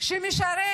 שמשרת